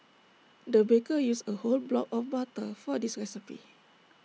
the baker used A whole block of butter for this recipe